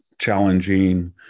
challenging